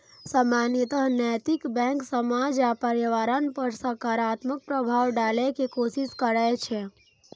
सामान्यतः नैतिक बैंक समाज आ पर्यावरण पर सकारात्मक प्रभाव डालै के कोशिश करै छै